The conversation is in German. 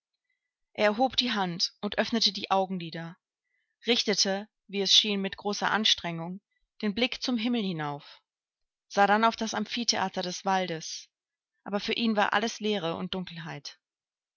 er erhob die hand und öffnete die augenlider richtete wie es schien mit großer anstrengung den blick zum himmel hinauf sah dann auf das amphitheater des waldes aber für ihn war alles leere und dunkelheit